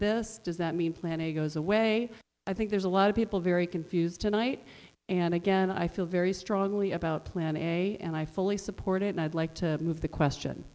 this does that mean plan it goes away i think there's a lot of people very confused tonight and again i feel very strongly about plan a and i fully support it and i'd like to move the question